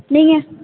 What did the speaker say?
நீங்கள்